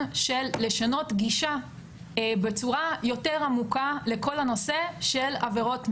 של שינוי גישה בצורה יותר מעמיקה לכל נושא עבירות המין.